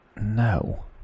no